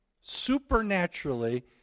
supernaturally